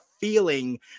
feeling